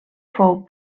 fou